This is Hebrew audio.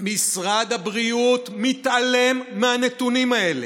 משרד הבריאות מתעלם מהנתונים האלה,